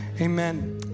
Amen